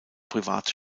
private